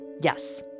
Yes